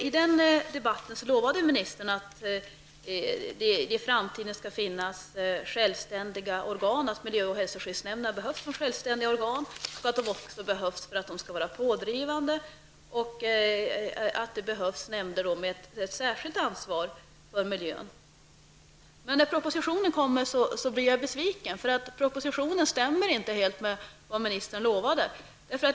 I den debatten lovade ministern att det i framtiden skall finnas självständiga organ, att miljö och hälsoskyddsnämnderna behövs som självständiga organ, att de också behövs för att vara pådrivande och att det behövs nämnder med ett särskilt ansvar för miljön. Men när propositionen lades fram blev jag besviken. Propositionen stämmer nämligen inte helt med vad ministern lovade.